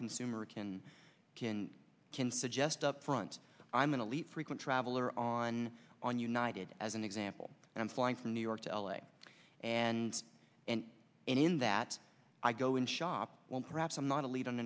consumer can can can suggest up front i'm an elite frequent traveler on on united as an example i'm flying from new york to l a and and in that i go and shop when perhaps i'm not a lead on